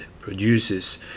produces